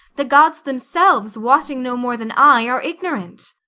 the gods themselves, wotting no more than i, are ignorant.